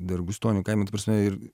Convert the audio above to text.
dar gustonių kaime ta prasme ir